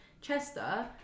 Chester